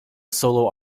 solo